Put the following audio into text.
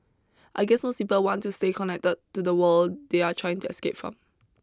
I guess most people want to stay connected to the world they are trying to escape from